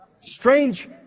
Strange